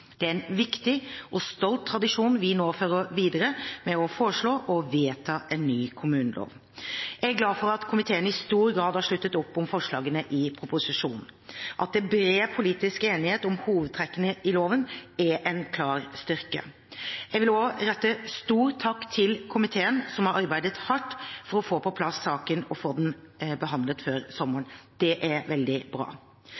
Det er en viktig og stolt tradisjon vi nå fører videre med å foreslå å vedta en ny kommunelov. Jeg er glad for at komiteen i stor grad har sluttet opp om forslagene i proposisjonen. At det er bred politisk enighet om hovedtrekkene i loven er en klar styrke. Jeg vil også rette stor takk til komiteen, som har arbeidet hardt for å få på plass saken og få den behandlet før